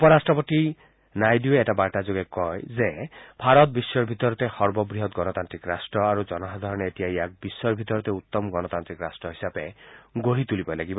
উপ ৰাট্টপতি নাইডুৱে এটা বাৰ্তাযোগে কয় যে ভাৰত বিশ্বৰ ভিতৰতে সৰ্ববৃহৎ গণতান্নিক ৰাট্ট আৰু জনসাধাৰণে এতিয়া ইয়াক বিশ্বৰ ভিতৰতে উত্তম গণতাল্লিক ৰাষ্ট হিচাপে গঢ়ি তুলিবই লাগিব